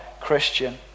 Christian